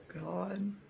god